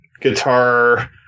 guitar